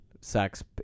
sex